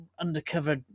undercover